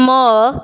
ମୋ